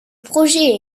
projet